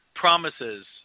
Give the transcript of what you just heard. promises